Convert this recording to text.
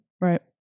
Right